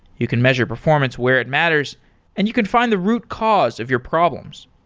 you can measure performance where it matters and you can find the root cause of your problems.